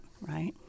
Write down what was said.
right